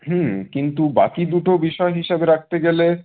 হুম কিন্তু বাকি দুটো বিষয় হিসেবে রাখতে গেলে